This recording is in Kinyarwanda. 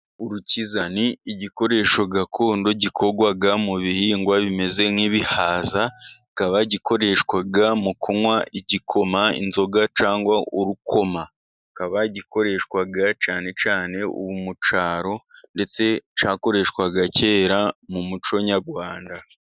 Urukiza ni igikoresho gakondo gikorwa mu bihingwa bimeze nk'ibihaza, kikaba gikoreshwa mu kunywa igikoma, inzoga, cyangwa urukoma. Kikaba gikoreshwa cyane cyane ubu mu cyaro, ndetse cyakoreshwaga kera mu muco nyarwanda.